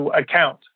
account